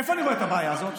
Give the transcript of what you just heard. איפה אני רואה את הבעיה הזאת?